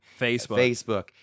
Facebook